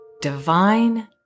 divine